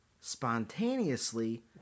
spontaneously